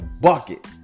bucket